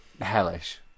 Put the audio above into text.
hellish